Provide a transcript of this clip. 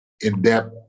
in-depth